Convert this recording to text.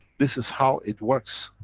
this is how it works.